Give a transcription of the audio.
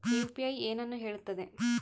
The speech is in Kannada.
ಯು.ಪಿ.ಐ ಏನನ್ನು ಹೇಳುತ್ತದೆ?